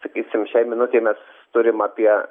sakysim šiai minutei mes turim apie